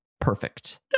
Perfect